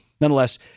Nonetheless